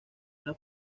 una